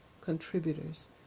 contributors